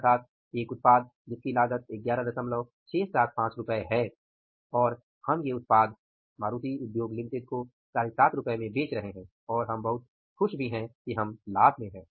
अर्थात एक उत्पाद जिसकी लागत 11675 है मारुति को हम ये उत्पाद 75 रु में बेच रहे हैं और हम बहुत खुश हैं कि हम लाभ में हैं